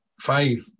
five